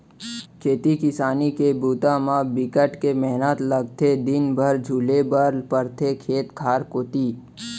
खेती किसान के बूता म बिकट के मेहनत लगथे दिन भर झुले बर परथे खेत खार कोती